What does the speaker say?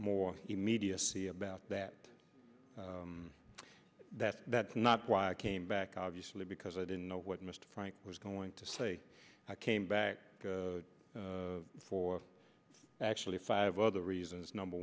more immediacy about that that that's not why i came back obviously because i didn't know what mr frank was going to say i came back for actually five other reasons number